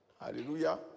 Hallelujah